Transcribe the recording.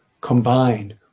combined